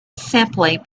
simply